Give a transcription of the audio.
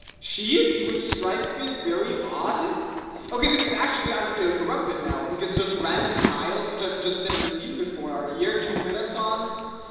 she is which strikes me as very odd okay, this is actually undertale corrupted now because just random tiles which i've just never seen before are here two marathons